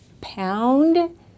pound